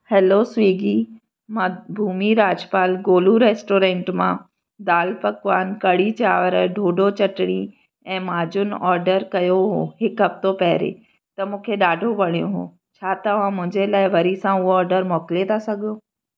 hello Swiggy मां Bhumi Rajpal Golu restaurant मां दालि पकवान कढ़ी चांवर ॾोॾो चटिणी ऐं माजून ऑडर कयो हुओ हिकु हफ़्तो पहिरियों त मूंखे ॾाढो वणियो हुओ छा तव्हां मुंहिंजे लाइ वरी सां उहो ऑडर मोकिले था सघो